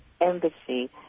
embassy